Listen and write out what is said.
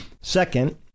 Second